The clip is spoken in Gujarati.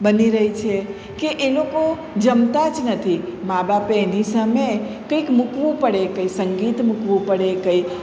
બની રહે છે કે એ લોકો જમતાં જ નથી મા બાપે એની સામે કંઇક મૂકવું પડે કઈ સંગીત મૂકવું પડે કંઈ